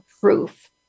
proof